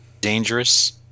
dangerous